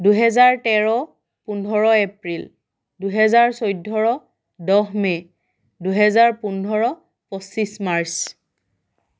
দুহেজাৰ তেৰ পোন্ধৰ এপ্ৰিল দুহেজাৰ চৈধ্য দহ মে' দুহেজাৰ পোন্ধৰ পঁচিছ মাৰ্চ